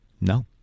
no